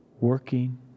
working